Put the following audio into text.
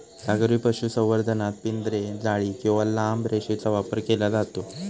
सागरी पशुसंवर्धनात पिंजरे, जाळी किंवा लांब रेषेचा वापर केला जातो